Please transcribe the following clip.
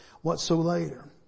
whatsoever